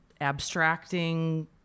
abstracting